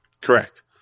Correct